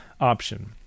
option